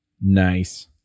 Nice